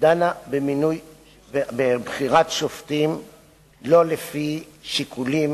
דנה בבחירת שופטים לא לפי שיקולים